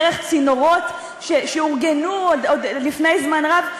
דרך צינורות שאורגנו עוד לפני זמן רב,